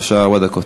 בבקשה, ארבע דקות.